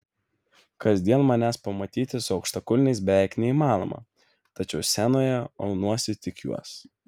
kasdien manęs pamatyti su aukštakulniais beveik neįmanoma tačiau scenoje aunuosi tik juos